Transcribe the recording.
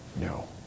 No